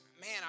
man